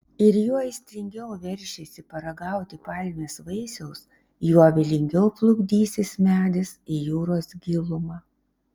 ir juo aistringiau veršiesi paragauti palmės vaisiaus juo vylingiau plukdysis medis į jūros gilumą